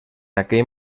aquell